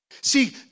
See